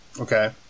Okay